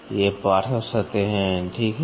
तो ये पार्श्व सतहें हैं ठीक है